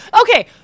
okay